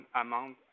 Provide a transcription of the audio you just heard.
amount